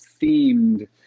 themed